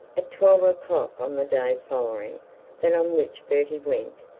at twelve o'clock on the day following that on which bertie went,